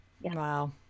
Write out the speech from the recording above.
Wow